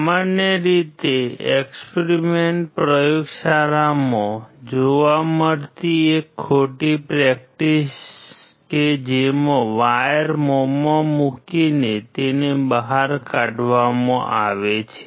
સામાન્ય રીતે એક્સપેરિમેન્ટ પ્રયોગશાળાઓમાં જોવા મળતી એક ખોટી પ્રેક્ટિસ કે જેમાં વાયર મોંમાં મૂકીને તેને બહાર કાઢવામાં આવે છે